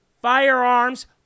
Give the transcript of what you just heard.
firearms